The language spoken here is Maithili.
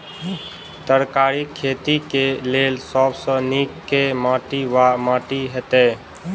तरकारीक खेती केँ लेल सब सऽ नीक केँ माटि वा माटि हेतै?